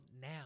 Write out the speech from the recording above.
now